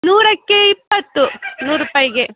ನೂರಕ್ಕೆ ಇಪ್ಪತ್ತು ನೂರು ರೂಪಾಯಿಗೆ